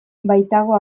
baitago